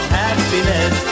happiness